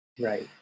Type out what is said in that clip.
Right